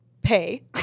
pay